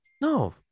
No